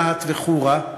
רהט וחורה.